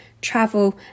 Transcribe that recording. travel